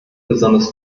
besonders